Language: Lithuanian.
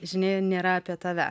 žinia nėra apie tave